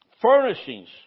furnishings